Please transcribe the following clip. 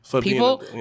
people